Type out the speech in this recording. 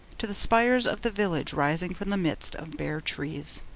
to the spires of the village rising from the midst of bare trees.